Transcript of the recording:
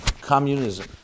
communism